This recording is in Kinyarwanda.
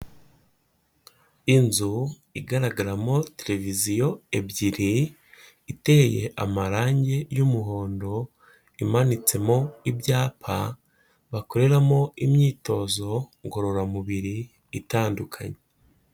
Inzu igaragaramo televiziyo ebyiri, iteye amarange y'umuhondo, imanitsemo ibyapa, bakoreramo imyitozo ngororamubiri itandukanye.